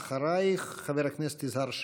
אחרייך, חבר הכנסת יזהר שי.